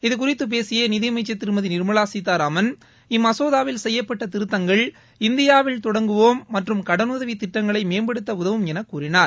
இது குறித்து பேசிய நிதியமைச்சர் திருமதி நிர்மலா சீதாராமன் இம்மசோதாவில் செய்யப்பட்ட திருத்தங்கள் இந்தியாவில் தொடங்குவோம் மற்றும் கடனுதவி திட்டங்களை மேம்படுத்த உதவும் எனக் கூறினார்